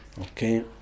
Okay